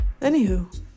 Anywho